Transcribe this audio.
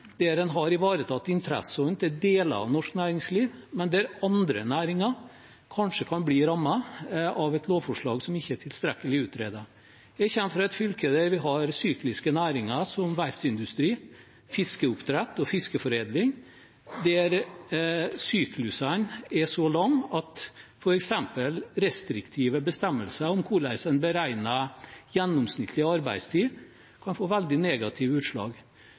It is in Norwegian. der en har ivaretatt interessene til deler av norsk næringsliv, men der andre næringer kanskje kan bli rammet av et lovforslag som ikke er tilstrekkelig utredet. Jeg kommer fra et fylke der vi har sykliske næringer, som verftsindustri, fiskeoppdrett og fiskeforedling, der syklusene er så lange at f.eks. restriktive bestemmelser om hvorledes en beregner gjennomsnittlig arbeidstid kan få veldig negative utslag.